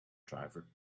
driver